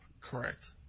Correct